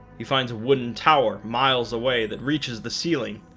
he finds a wooden tower miles away that reaches the ceiling,